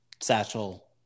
satchel